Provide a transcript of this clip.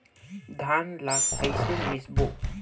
धान ला कइसे मिसबो?